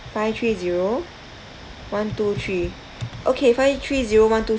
five three zero one two three okay five three zero one two